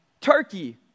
turkey